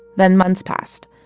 then months passed.